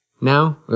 now